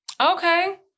Okay